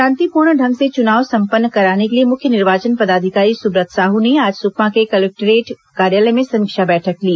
शांतिपूर्ण ढंग से चुनाव संपन्न कराने के लिए मुख्य निर्वाचन पदाधिकारी सुब्रत साहू ने आज सुकमा के कलेक्टोरेट कार्योलय में समीक्षा बैठक ली